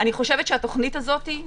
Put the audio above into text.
אני חושבת שהתוכנית הזאת,